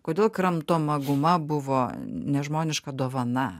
kodėl kramtoma guma buvo nežmoniška dovana